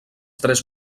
tres